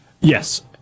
Yes